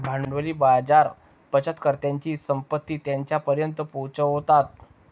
भांडवली बाजार बचतकर्त्यांची संपत्ती त्यांच्यापर्यंत पोहोचवतात